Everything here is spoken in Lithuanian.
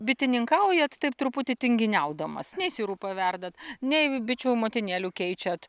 bitininkaujat taip truputį tinginiaudamas nei sirupo verdat nei bičių motinėlių keičiat